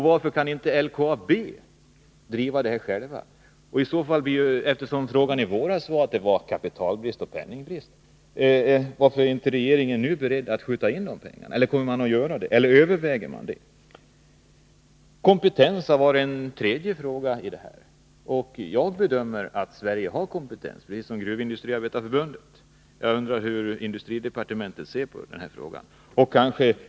Varför kan inte LKAB driva detta självt? I våras skyllde man på kapitalbrist. Överväger regeringen nu att skjuta till de pengarna? Ett annat skäl har gällt behovet av kompetens. Liksom Gruvindustriarbetareförbundet bedömer jag det så att Sverige har kompetens. Jag undrar hur industridepartementet ser på den frågan.